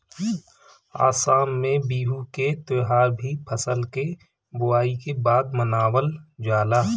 आसाम में बिहू के त्यौहार भी फसल के बोआई के बाद मनावल जाला